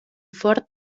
fort